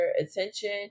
attention